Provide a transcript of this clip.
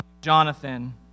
Jonathan